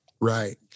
Right